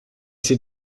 c’est